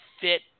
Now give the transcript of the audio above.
fit